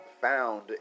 found